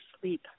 sleep